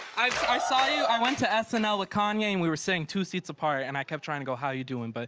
i i saw you. i went to snl and ah with kanye, and we were sitting two seats apart. and i kept trying to go, how you doin'? but,